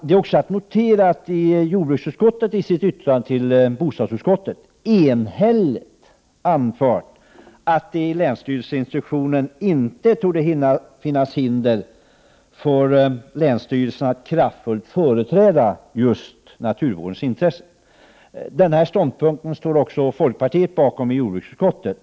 Det är också att notera att jordbruksutskottet i sitt yttrande till bostadsutskottet enhälligt anfört att det i länsstyrelseinstruktionen inte torde finnas hinder för länsstyrelserna att kraftfullt företräda naturvårdens intressen. Denna ståndpunkt står också folkpartiet bakom i jordbruksutskottet.